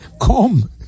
come